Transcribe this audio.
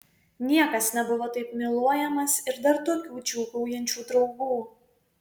niekas nebuvo taip myluojamas ir dar tokių džiūgaujančių draugų